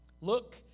Look